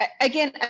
Again